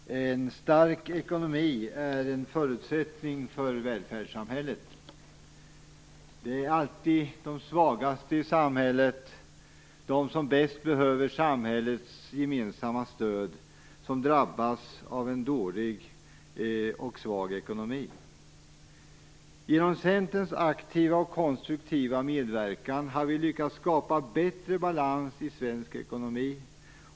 Fru talman! En stark ekonomi är en förutsättning för välfärdssamhället. Det är alltid de svagaste i samhället, de som bäst behöver samhällets gemensamma stöd, som drabbas av en dålig och svag ekonomi. Genom Centerns aktiva och konstruktiva medverkan, har vi lyckats skapa bättre balans i svensk ekonomi.